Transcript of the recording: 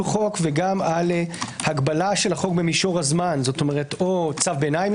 חוק וגם על הגבלת חוק במישור הזמן או צו ביניים,